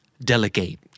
Delegate